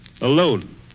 alone